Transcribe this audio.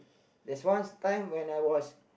there's once time when I was